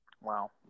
wow